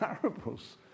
parables